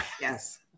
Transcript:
Yes